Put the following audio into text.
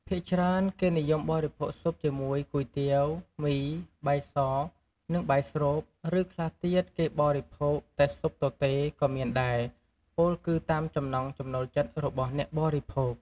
ភាគច្រើន គេនិយមបរិភោគស៊ុបជាមួយ គុយទាវ មី បាយស និងបាយស្រូប ឬខ្លះទៀត គេបរិភោគតែស៊ុបទទេក៏មានដែរ ពោលគឺតាមចំណង់ចំណូលចិត្តរបស់អ្នកបរិភោគ។